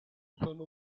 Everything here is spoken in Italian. sono